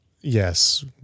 Yes